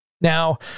Now